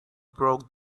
broke